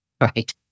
Right